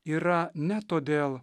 yra ne todėl